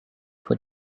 for